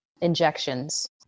injections